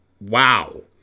Wow